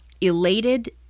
elated